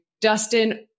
Dustin